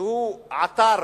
שעתר